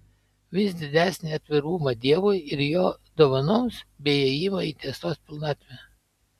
vis didesnį atvirumą dievui ir jo dovanoms bei ėjimą į tiesos pilnatvę